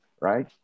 right